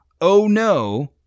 OHNO